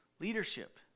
leadership